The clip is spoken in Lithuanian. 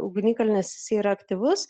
ugnikalnis jis yra aktyvus